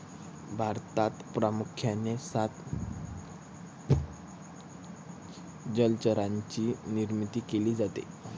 भारतात प्रामुख्याने सात जलचरांची निर्मिती केली जाते